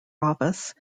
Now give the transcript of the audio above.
office